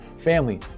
family